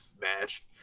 match